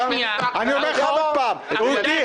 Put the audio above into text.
אני אומר לך עוד פעם, הוא התיר.